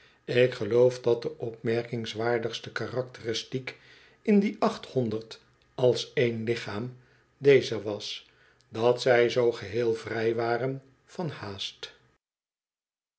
ik geloof dat de opmerki ngswaardigste karaktertrek in die achthonderd als één lichaam deze was dat zij zoo geheel vrij waren van haast